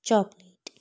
chocolate